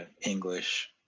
english